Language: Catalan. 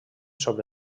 sobre